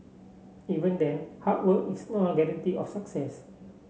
even then hard work is no guarantee of success